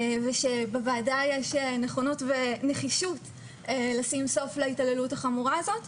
ושבוועדה יש נכונות ונחישות לשים סוף להתעללות החמורה הזאת.